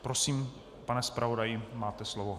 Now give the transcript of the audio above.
Prosím, pane zpravodaji, máte slovo.